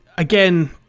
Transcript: Again